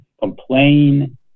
complain